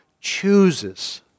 chooses